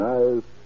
Nice